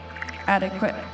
adequate